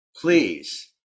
Please